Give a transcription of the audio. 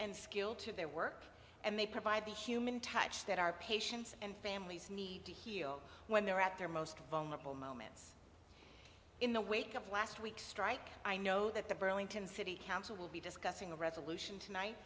and skill to their work and they provide the human touch that our patients and families need to heal when they're at their most vulnerable moments in the wake of last week's strike i know that the burlington city council will be discussing a resolution tonight